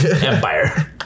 empire